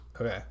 okay